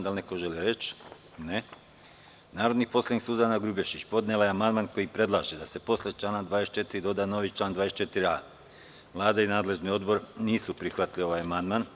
Da li neko želi reč? (Ne.) Narodni poslanik Suzana Grubješić podnela je amandman kojim predlaže da se posle člana 24. doda novi član 24a. Vlada i nadležni odbor nisu prihvatili ovaj amandman.